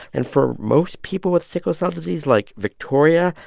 and for most people with sickle cell disease, like victoria,